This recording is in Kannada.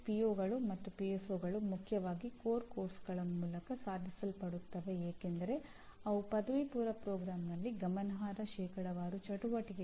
ಈ ಕಾರ್ಯಕ್ರಮಗಳಿಗೆ ಮುಖ್ಯವಾಗಿ 12 ನೇ ತರಗತಿಯ ಪದವೀಧರರು ದಾಖಲಾತಿ ಪಡೆಯುತ್ತಾರೆ